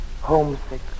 Homesick